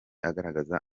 agaragaza